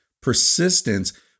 persistence